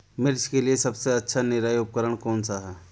मिर्च के लिए सबसे अच्छा निराई उपकरण कौनसा है?